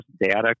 data